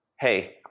Hey